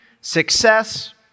success